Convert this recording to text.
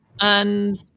And-